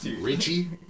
Richie